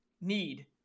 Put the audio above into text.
need